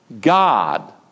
God